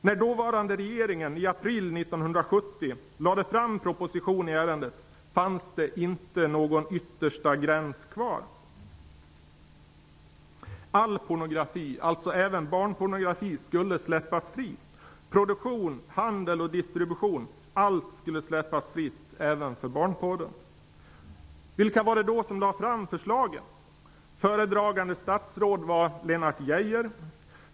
När dåvarande regeringen i april 1970 lade fram proposition i ärendet, fanns inte någon yttersta gräns kvar. All pornografi, alltså även barnpornografi, skulle släppas fri. Produktion, handel och distribution -- allt skulle släppas fritt, även för barnporren. Vilka var de då som lade fram förslaget? Föredragande statsråd var Lennart Geijer.